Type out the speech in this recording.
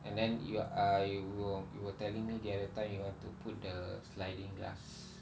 and then you uh you you were telling me the other time you want to put the sliding glass